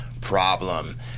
problem